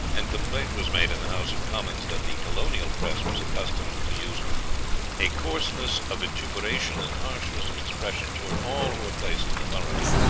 and complaint was made in the house of commons that the colonial press was accustomed to use a coarseness of vituperation and harshness of expression towards all who were placed in authority.